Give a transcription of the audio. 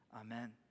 Amen